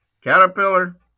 Caterpillar